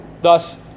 Thus